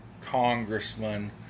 congressman